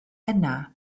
yna